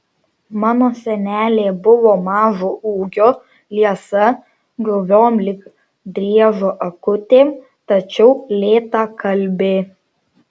mano senelė buvo mažo ūgio liesa guviom lyg driežo akutėm tačiau lėtakalbė